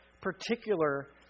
particular